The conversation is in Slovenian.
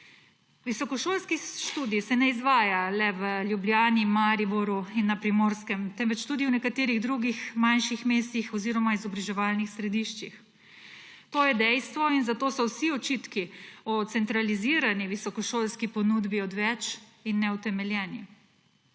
Visokošolski študij se ne izvaja le v Ljubljani, Mariboru in na Primorskem, temveč tudi v nekaterih drugih manjših mestih oziroma izobraževalnih središčih. To je dejstvo in zato so vsi očitki o centralizirani visokošolski ponudbi odveč in neutemeljeni.